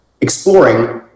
exploring